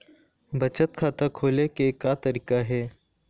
बचत खाता खोले के का तरीका हे?